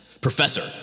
Professor